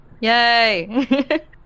Yay